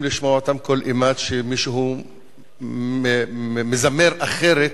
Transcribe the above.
לשמוע אותם כל אימת שמישהו מזמר אחרת,